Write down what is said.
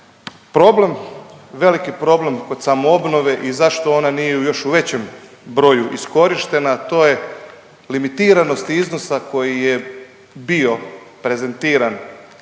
Problem, veliki problem kod samoobnove i zašto ona nije i u još većem broju iskorištena, a to je limitiranost iznosa koji je bio prezentiran